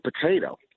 potato